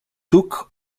took